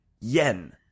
yen